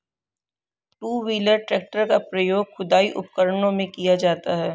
to wheeler tractor का प्रयोग खुदाई उपकरणों में किया जाता हैं